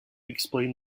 explain